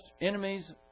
enemies